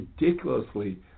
ridiculously